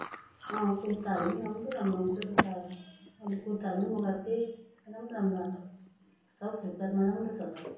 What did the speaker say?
अँ कुर्ताहरू पनि राम्रो राम्रो आउँछ त्यसमा मैले कुर्ताहरू पनि मगाएको थिएँ राम्रो राम्रो आएको छ हो फ्लिपकार्टमा राम्रो छ त